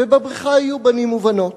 ובבריכה יהיו בנים ובנות.